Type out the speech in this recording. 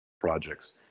projects